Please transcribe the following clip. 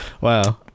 Wow